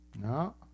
No